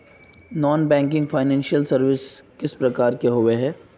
Non banking financial services किस प्रकार के होबे है?